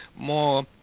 more